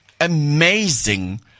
amazing